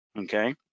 okay